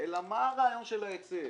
אלא מה הרעיון של ההיצף?